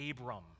Abram